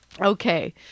Okay